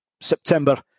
September